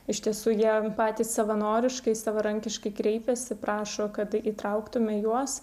iš tiesų jie patys savanoriškai savarankiškai kreipiasi prašo kad įtrauktume juos